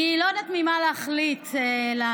אני לא יודעת ממה להחליט לענות.